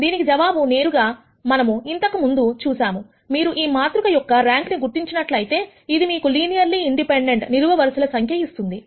దీనికి జవాబు నేరుగా మనము ఇంతకుముందు చూసాముమీరు ఈ మాతృక యొక్క ర్యాంక్ ను గుర్తించినట్లయితే అది మీకు లినియర్లీ ఇండిపెండెంట్ నిలువు వరుసలు సంఖ్యను ఇస్తుంది